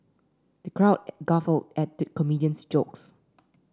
the crowd guffawed at the comedian's jokes